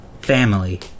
family